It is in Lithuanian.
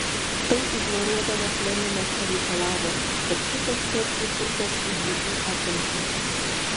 tai ignoruodamas leninas pareikalavo kad visas cerkvių turtas būtų atimtas